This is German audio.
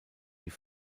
die